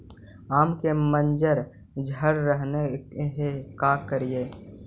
आम के मंजर झड़ रहले हे का करियै?